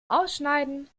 ausschneiden